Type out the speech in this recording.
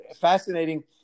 fascinating